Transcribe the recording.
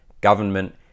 government